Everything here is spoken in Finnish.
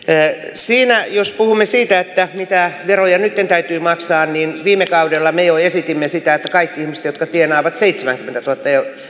jos puhumme siitä mitä veroja nytten täytyy maksaa niin viime kaudella me jo esitimme sitä että kaikki ihmiset jotka tienaavat seitsemänkymmentätuhatta